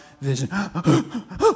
Vision